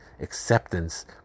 acceptance